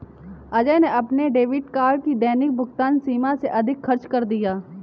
अजय ने अपने debit card की दैनिक भुगतान सीमा से अधिक खर्च कर दिया